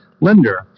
lender